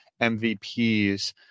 MVPs